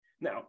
Now